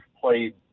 played